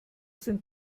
sind